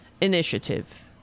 initiative